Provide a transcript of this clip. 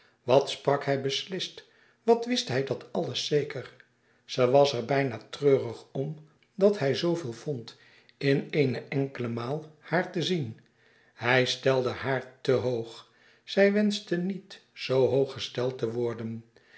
wat sprak hij beslist wat wist hij dat alles zeker ze was er bijna treurig om dat hij zooveel vond in eene enkele maal haar te zien hij stelde haar te hoog zij wenschte niet zoo hoog gesteld te worden